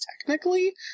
technically